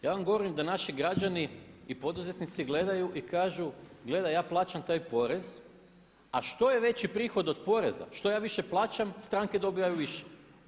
Ja vam govorim da naši građani i poduzetnici gledaju i kažu, gledaj ja plaćam taj porez a što je veći prihod od poreza, što ja više plaćam stranke dobivaju više.